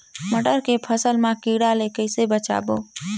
मटर के फसल मा कीड़ा ले कइसे बचाबो?